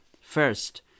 First